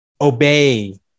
obey